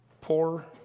poor